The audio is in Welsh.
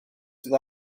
sydd